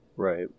right